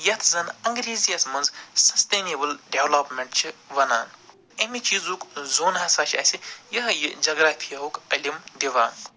یتھ زن انٛگریٖزِیس منٛز سسٹنیٚبُل ڈٮ۪ولاپمٮ۪نٛٹ چھِ وَنان امہِ چیٖزُک زون ہسا چھِ اَسہِ یِہٲے یہِ جگرافِہا ہُک علم دِوان